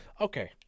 Okay